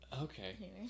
okay